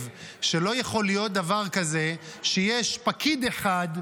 שלא יכול להיות דבר כזה שיש פקיד אחד,